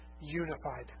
unified